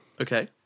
Okay